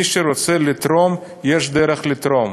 מי שרוצה לתרום, יש דרך לתרום: